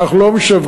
אנחנו לא משווקים,